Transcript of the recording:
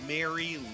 Mary